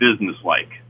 businesslike